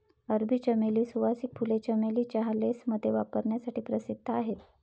अरबी चमेली, सुवासिक फुले, चमेली चहा, लेसमध्ये वापरण्यासाठी प्रसिद्ध आहेत